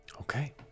Okay